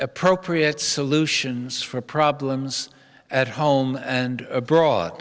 appropriate solutions for problems at home and abroad